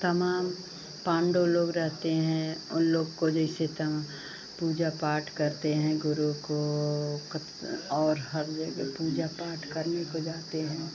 तमाम पांडव लोग रहते हैं उन लोग को जैसे तमा पूजा पाठ करते हैं गुरू को और हर जगह पूजा पाठ करने को जाते हैं